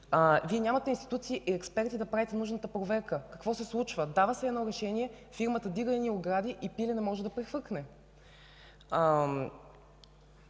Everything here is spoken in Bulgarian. Вие нямате институции и експерти да правите нужната проверка какво се случва. Дава се решение, фирмата вдига огради и пиле не може да прехвръкне.